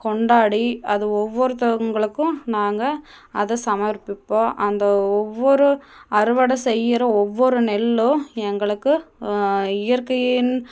கொண்டாடி அது ஒவ்வொருத்தவங்களுக்கும் நாங்கள் அதை சமர்பிப்போம் அந்த ஒவ்வொரு அறுவடை செய்யிற ஒவ்வொரு நெல்லும் எங்களுக்கு இயற்கையின்